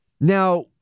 Now